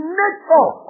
nature